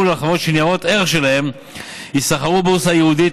על חברות שניירות הערך שלהן ייסחרו בבורסה הייעודית,